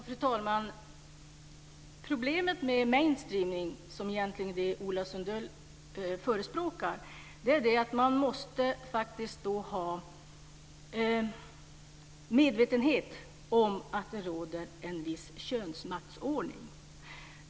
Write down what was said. Fru talman! Problemet med mainstreaming, som Ola Sundell egentligen förespråkar, är att man måste ha medvetenhet om att det råder en viss könsmaktsordning.